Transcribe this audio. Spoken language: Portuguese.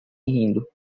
rindo